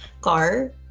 car